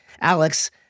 Alex